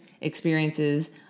experiences